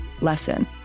lesson